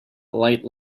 light